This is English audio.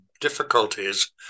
difficulties